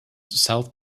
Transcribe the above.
south